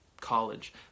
college